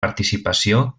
participació